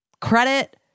credit